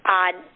odd